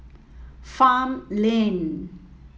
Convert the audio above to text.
farmland